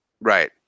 right